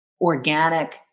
organic